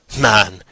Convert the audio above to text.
Man